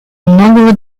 многого